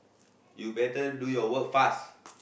you better do your work fast